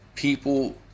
People